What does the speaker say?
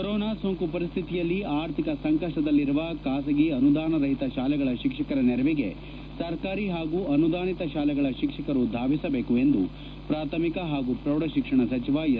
corona ಸೋಂಕು ಪರಿಸ್ಥಿತಿಯಲ್ಲಿ ಆರ್ಥಿಕ ಸಂಕಷ್ಟದಲ್ಲಿರುವ ಖಾಸಗಿ ಅನುದಾನರಹಿತ ಶಾಲೆಗಳ ಶಿಕ್ಷಕರ ನೆರವಿಗೆ ಸರ್ಕಾರಿ ಹಾಗೂ ಅನುದಾನಿತ ಶಾಲೆಗಳ ಶಿಕ್ಷಕರು ಧಾವಿಸಬೇಕು ಎಂದು ಪ್ರಾಥಮಿಕ ಹಾಗೂ ಪ್ರೌಢಶಿಕ್ಷಣ ಸಚಿವ ಎಸ್